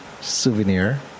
souvenir